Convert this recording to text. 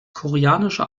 koreanische